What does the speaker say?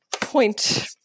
point